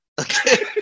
Okay